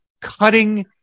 cutting